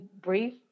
brief